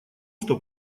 что